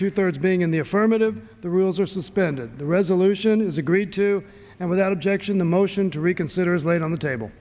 two thirds being in the affirmative the rules are suspended the resolution is agreed to and without objection the motion to reconsider is laid on the table